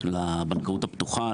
לבנקאות הפתוחה,